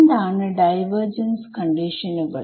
എന്താണ് ഡൈവർജൻസ് കണ്ടീഷനുകൾ